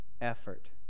effort